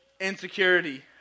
Insecurity